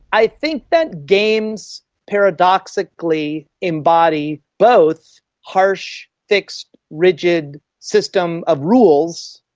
i think that games paradoxically embody both harsh, fixed, rigid system of rules,